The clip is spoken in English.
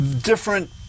different